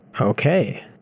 Okay